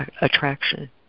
attraction